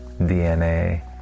DNA